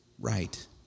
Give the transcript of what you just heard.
right